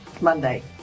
Monday